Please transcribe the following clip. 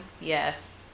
Yes